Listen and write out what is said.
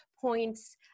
points